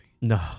No